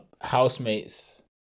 housemate's